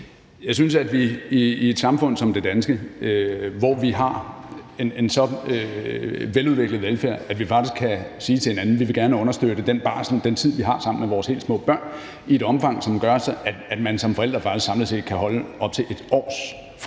Jeg synes, at et samfund som det danske, hvor vi har en så veludviklet velfærd, at vi kan sige til hinanden, at vi gerne vil understøtte den barsel, den tid, vi har sammen med vores helt små børn, i et omfang, som gør, at man som forældre faktisk samlet set kan holde op til 1 års fri